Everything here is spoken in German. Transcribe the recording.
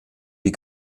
die